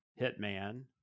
hitman